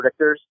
predictors